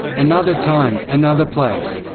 another time, another place,